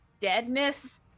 deadness